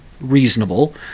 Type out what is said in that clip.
reasonable